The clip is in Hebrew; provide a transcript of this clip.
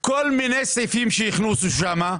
כל מיני סעיפים שהכניסו שם,